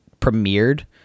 premiered